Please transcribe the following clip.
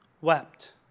wept